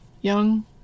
young